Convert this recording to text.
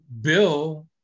Bill